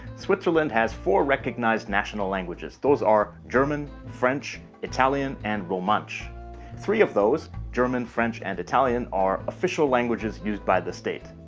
switzerland has four recognized national languages. those are german, french, italian and romansh. three of those, german, french and italian are official languages used by the state,